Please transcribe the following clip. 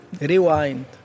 rewind